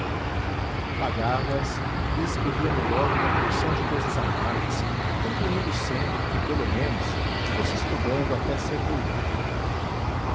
pagava as e escrevia me logo uma porção de cousas amargas concluindo sempre que pelo menos fosse estudando até ser doutor